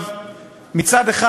מצד אחד,